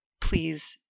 please